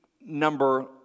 number